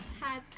hi